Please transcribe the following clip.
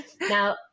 Now